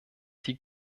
die